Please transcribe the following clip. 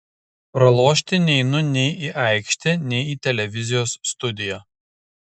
pralošti neinu nei į aikštę nei į televizijos studiją